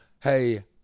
hey